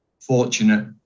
fortunate